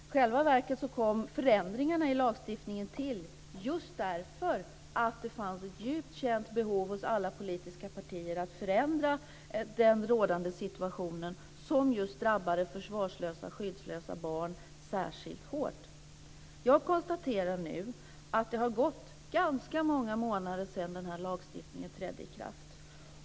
I själva verket kom förändringarna i lagstiftningen till just därför att det fanns ett djupt känt behov hos alla politiska partier att förändra den rådande situationen som just drabbade försvarslösa och skyddslösa barn särskilt hårt. Jag konstaterar nu att det har gått ganska många månader sedan denna lagstiftning trädde i kraft.